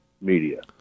media